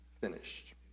finished